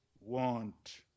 want